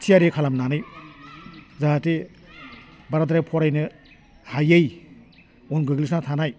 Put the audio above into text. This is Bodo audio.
थियारि खालामनानै जाहाथे बाराद्राय फरायनो हायै उन गोग्लैसोना थानाय